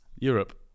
Europe